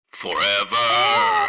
Forever